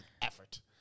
effort